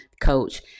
Coach